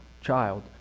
child